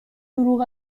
دروغ